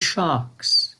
sharks